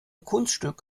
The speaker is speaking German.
kunststück